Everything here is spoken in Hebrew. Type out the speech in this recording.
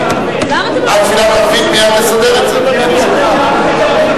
המסחר והתעסוקה (שילוב מוגבלים),